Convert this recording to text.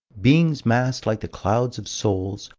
beings massed like the clouds of souls,